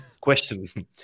Question